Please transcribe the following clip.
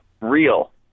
real